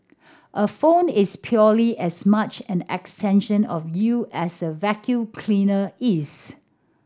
a phone is purely as much and extension of you as a vacuum cleaner is